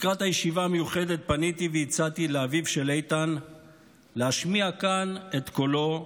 לקראת הישיבה המיוחדת פניתי והצעתי לאביו של איתן להשמיע כאן את קולו,